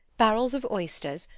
barrels of oysters,